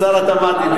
שר התמ"ת.